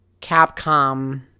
Capcom